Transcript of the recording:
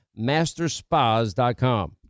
masterspas.com